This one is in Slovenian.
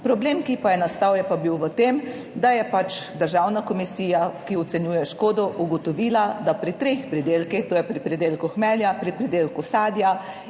Problem, ki pa je nastal, je pa bil v tem, da je državna komisija, ki ocenjuje škodo, ugotovila, da pri treh pridelkih, to je pri pridelku hmelja, pri pridelku sadja